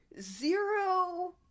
Zero